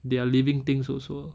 they are living things also